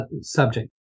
subject